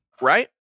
right